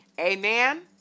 Amen